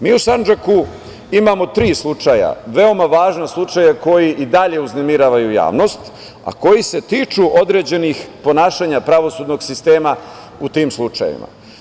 Mi u Sandžaku imamo tri slučaja, veoma važna slučaja koji i dalje uznemiravaju javnost, a koji se tiču određenih ponašanja pravosudnog sistema u tim slučajevima.